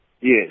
Yes